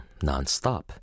nonstop